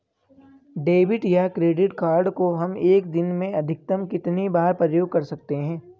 Debit या credit card को हम एक दिन में अधिकतम कितनी बार प्रयोग कर सकते हैं?